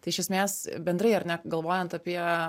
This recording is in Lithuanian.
tai iš esmės bendrai ar ne galvojant apie